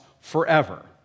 forever